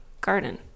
garden